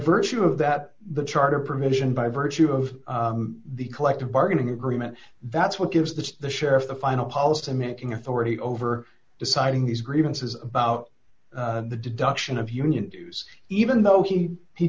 virtue of that the charter permission by virtue of the collective bargaining agreement that's what gives the the sheriff the final policy making authority over deciding these grievances about the deduction of union dues even though he he